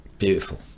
beautiful